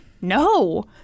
no